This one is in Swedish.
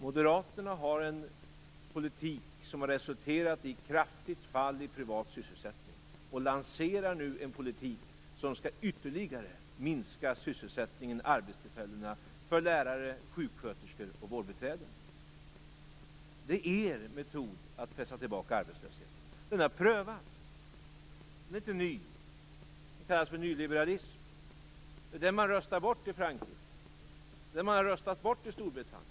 Moderaterna har en politik som har resulterat i kraftigt fall i privat sysselsättning och lanserar nu en politik som ytterligare skall minska sysselsättningen, arbetstillfällena, för lärare, sjuksköterskor och vårdbiträden. Det är er metod att pressa tillbaka arbetslösheten. Den har prövats. Den är inte ny. Den kallas för nyliberalism. Det är den man har röstat bort i Frankrike. Det är den man har röstat bort i Storbritannien.